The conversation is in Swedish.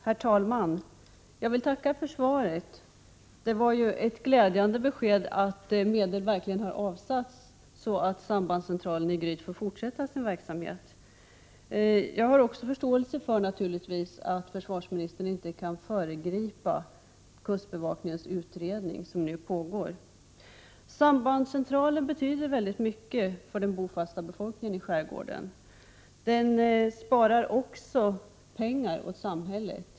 Herr talman! Jag vill tacka för svaret. Det var ett glädjande besked att medel har avsatts, så att sambandscentralen i Gryt får fortsätta sin verksamhet. Jag har naturligtvis förståelse för att försvarsministern inte kan föregripa kustbevakningskommitténs utredning, som nu pågår. Sambandscentralen betyder väldigt mycket för den bofasta befolkningen i skärgården. Den sparar också pengar åt samhället.